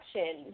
action